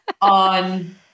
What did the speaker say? on